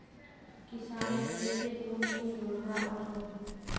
किसानेर केते कुन कुन योजना ओसोहो?